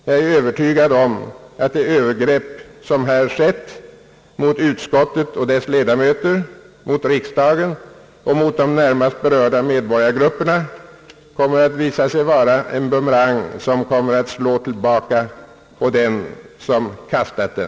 Jag är övertygad om att det övergrepp, som här skett mot utskottet och dess ledamöter, mot riksdagen och mot de närmast berörda medborgargrupperna, kommer att visa sig vara en bumerang, som kommer att slå tillbaka på dem som kastat den.